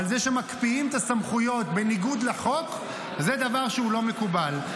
אבל זה שמקפיאים את הסמכויות בניגוד לחוק זה דבר שהוא לא מקובל.